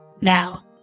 Now